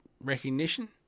recognition